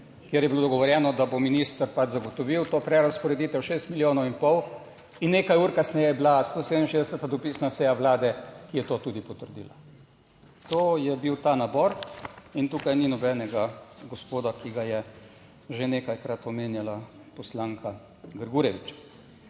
kjer je bilo dogovorjeno, da bo minister pač zagotovil to prerazporeditev, šest milijonov in pol in nekaj ur kasneje je bila 167. dopisna seja Vlade, ki je to tudi potrdila. To je bil ta nabor in tukaj ni nobenega gospoda, ki ga je že nekajkrat omenjala poslanka Grgurevič.